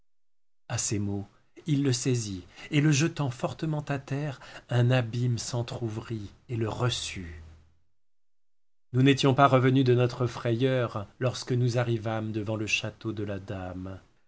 a ses mots il le saisit et le jettant fortement à terre un abîme s'entrouvrit et le reçut nous n'étions pas revenus de notre frayeur lorsque nous arrivâmes devant le château de la dame